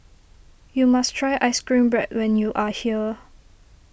you must try Ice Cream Bread when you are here